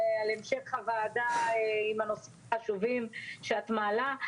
על המשך הוועדה עם הנושאים החשובים שאת מעלה.